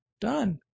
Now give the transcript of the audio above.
Done